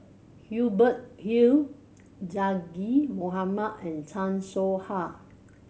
Hubert Hill Zaqy Mohamad and Chan Soh Ha